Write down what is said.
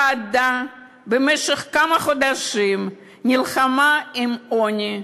ועדה שבמשך כמה חודשים נלחמה בעוני במילים,